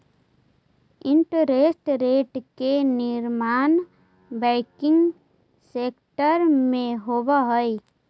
interest rate के निर्धारण banking sector में होवऽ हई